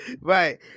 right